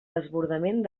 desbordament